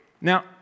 Now